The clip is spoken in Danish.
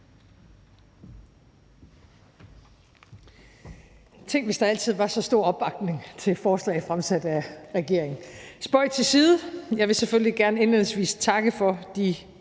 Tænk, hvis der altid var så stor opbakning til et forslag fremsat af regeringen. Spøg til side. Jeg vil selvfølgelig gerne indledningsvis takke for de